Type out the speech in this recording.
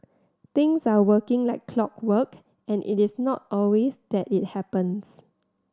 things are working like clockwork and it is not always that it happens